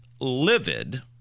livid